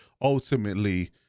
ultimately